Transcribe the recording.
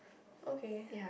okay